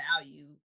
value